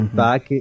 back